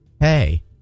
Hey